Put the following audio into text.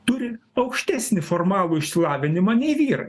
turi aukštesnį formalų išsilavinimą nei vyrai